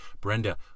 brenda